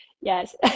yes